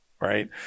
right